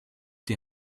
die